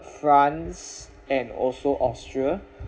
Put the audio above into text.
france and also austria